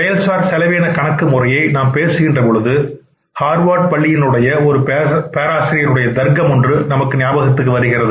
செயல் சார் செலவின கணக்கு முறையை நாம் பேசுகின்ற பொழுது ஹார்வார்ட் பள்ளியின் உடைய ஒரு பேராசிரியர் உடைய தர்க்கம் 1 நமக்கு ஞாபகத்திற்கு வருகிறது